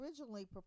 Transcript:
originally